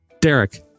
Derek